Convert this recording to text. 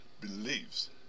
beliefs